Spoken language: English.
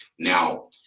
Now